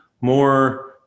more